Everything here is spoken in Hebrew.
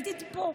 את היית איתי פה,